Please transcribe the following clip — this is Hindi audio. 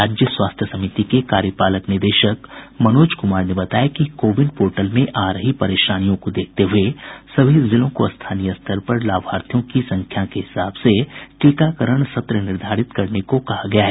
राज्य स्वास्थ्य समिति के कार्यपालक निदेशक मनोज कुमार ने बताया कि कोविन पोर्टल में आ रही परेशानियों को देखते हुए सभी जिलों को स्थानीय स्तर पर लाभार्थियों की संख्या के हिसाब से टीकाकरण सत्र निर्धारित करने को कहा गया है